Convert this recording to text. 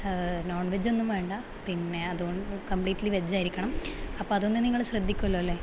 non veg ഒന്നും വേണ്ട പിന്നെ അതുകൊണ്ട് കംപ്ലിറ്റിലി വെജ് ആയിരിക്കണം അപ്പം അതൊന്ന് നിങ്ങള് ശ്രദ്ധിക്കുമല്ലോ അല്ലേ